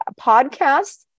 podcast